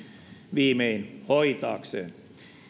viimein hoitaakseen